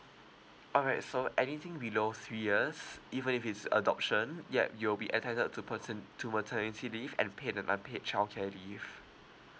all right so anything below three years even if it's adoption ya you'll be entitled to paten~ to maternity leave and paid and unpaid childcare leave